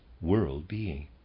world-being